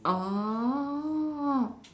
oh